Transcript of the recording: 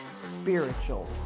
spiritual